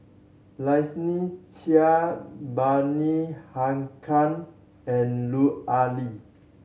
Lynnette Seah Bani Haykal and Lut Ali